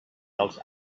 dels